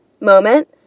moment